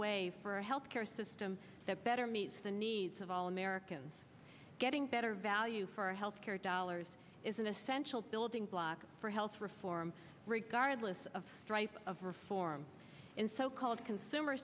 way for a health care system that better meets the needs of all americans getting better value for health care dollars is an essential building block for health reform regardless of stripe of reform in so called consumer